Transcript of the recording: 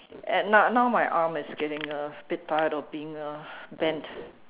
and now now my arm is getting a bit tired from being uh bent